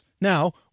Now